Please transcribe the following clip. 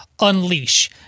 unleash